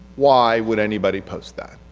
why would anybody post that,